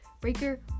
Breaker